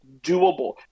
doable